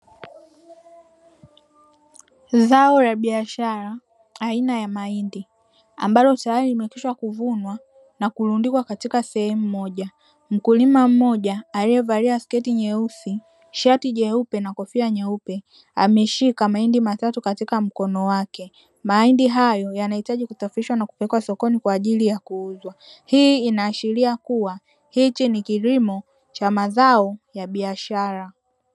Zao la biashara aina ya mahindi ambalo tayari limekwisha kuvunwa na kurundikwa katika sehemu moja. Mkulima mmoja aliyevalia sketi nyeusi, shati jeupe na kofia nyeupe; ameshika mahindi matatu katika mkono wake. Mahindi hayo yanahitaji kusafirishwa na kupelekwa sokoni kwa ajili ya kuuzwa. Hii inaashiria kuwa hichi ni kilimo cha mazao ya biashara.